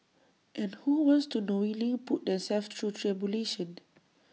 and who wants to knowingly put themselves through tribulation